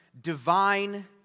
divine